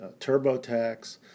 TurboTax